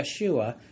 Yeshua